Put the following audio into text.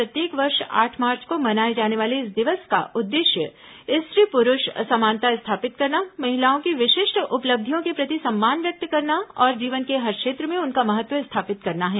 प्रत्येक वर्ष आठ मार्च को मनाये जाने वाले इस दिवस का उद्देश्य स्त्री प्रुष समानता स्थापित करना महिलाओं की विशिष्ट उपलब्धियों के प्रति सम्मान व्यक्त करना और जीवन के हर क्षेत्र में उनका महत्व स्थापित करना है